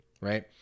right